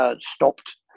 stopped